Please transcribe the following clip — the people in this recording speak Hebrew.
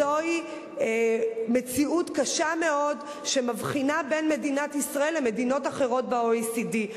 זוהי מציאות קשה מאוד שמבחינה בין מדינת ישראל למדינות אחרות ב-OECD.